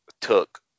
took